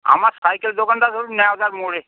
আমার সাইকেল দোকানটা ধরুন নেওদার মোড়ে